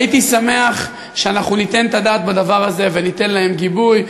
הייתי שמח שאנחנו ניתן את הדעת על הדבר הזה וניתן להם גיבוי.